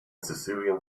sicilian